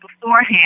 beforehand